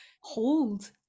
hold